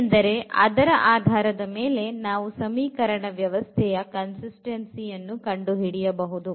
ಏಕೆಂದರೆ ಅದರ ಆಧಾರದ ಮೇಲೆ ನಾವು ಸಮೀಕರಣ ವ್ಯವಸ್ಥೆಯ consistency ಅನ್ನು ಕಂಡುಹಿಡಿಯಬಹುದು